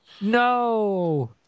No